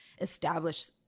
establish